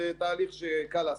זה תהליך שקל לעשות.